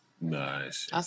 nice